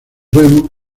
remo